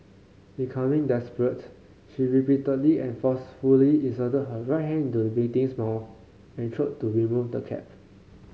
becoming desperate she repeatedly and forcefully inserted her right hand into the victim's mouth and throat to remove the cap